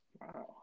Wow